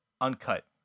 uncut